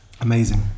Amazing